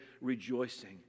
rejoicing